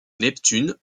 neptune